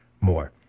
more